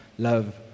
Love